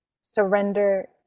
surrender